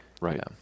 right